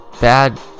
bad